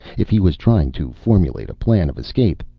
if he was trying to formulate a plan of escape,